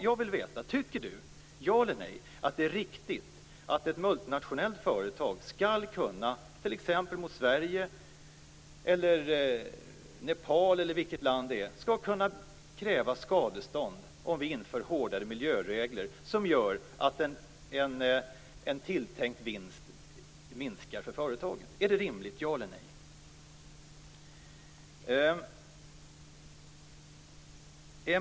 Jag vill veta: Tycker statsrådet - ja eller nej - att det är riktigt att ett multinationellt företag skall kunna kräva skadestånd t.ex. från Sverige, Nepal eller något annat land, om vi inför hårdare miljöregler som gör att en tilltänkt vinst för företaget minskar? Är det rimligt? Ja eller nej.